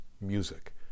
music